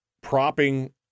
propping